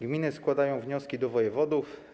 Gminy składają wnioski do wojewodów.